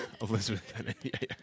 Elizabeth